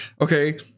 Okay